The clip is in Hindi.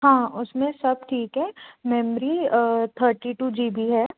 हाँ उसमें सब ठीक है memory thirty two G B है